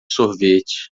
sorvete